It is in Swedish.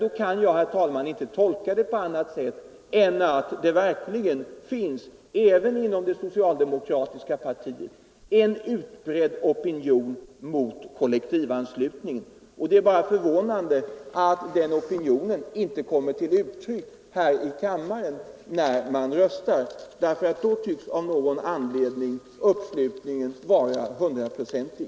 Det kan jag inte tolka på annat sätt än att det även inom det socialdemokratiska partiet finns en utbredd opinion mot kollektivanslutning. Det är bara förvånande att den opinionen inte kommer till uttryck här i kammaren när man röstar. Då tycks av någon anledning uppslutningen vara hundraprocentig.